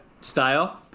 Style